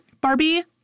Barbie